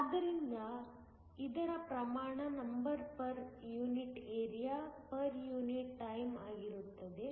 ಆದ್ದರಿಂದ ಇದರ ಪ್ರಮಾಣ number per unit area per unit time ಆಗಿರುತ್ತದೆ